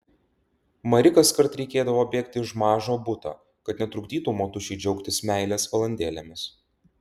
mari kaskart reikėdavo bėgti iš mažo buto kad netrukdytų motušei džiaugtis meilės valandėlėmis